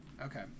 Okay